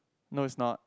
no is not